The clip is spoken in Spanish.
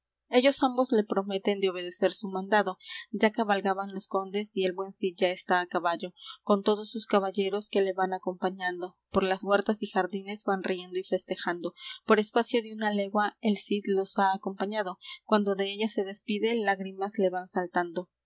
ellos ambos le prometen de obedecer su mandado ya cabalgaban los condes y el buen cid ya está á caballo con todos sus caballeros que le van acompañando por las huertas y jardines van riendo y festejando por espacio de una legua el cid los ha acompañado cuando dellas se despide lágrimas le van saltando